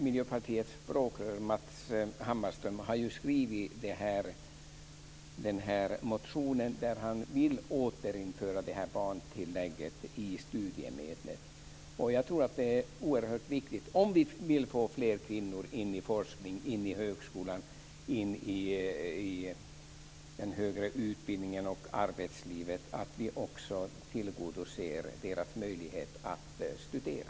Miljöpartiets språkrör Matz Hammarström har ju skrivit en motion där han vill återinföra barntillägget i studiemedlen. Jag tror att det är oerhört viktigt om vi vill få in fler kvinnor i forskningen, i högskolan, i den högre utbildningen och i arbetslivet att vi också tillgodoser deras möjlighet att studera.